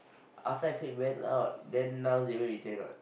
after I take Ben out then now Xavier retain what